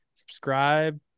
subscribe